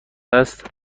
است